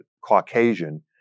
Caucasian